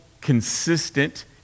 consistent